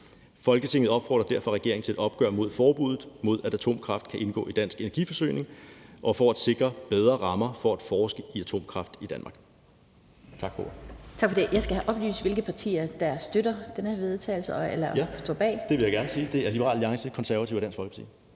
Folketinget opfordrer derfor regeringen til et opgør med forbuddet mod, at atomkraft kan indgå i dansk energiforsyning for at sikre bedre rammer for at forske i atomkraft i Danmark.«